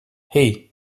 hey